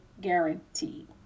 guaranteed